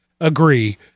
agree